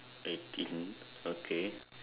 eighteen okay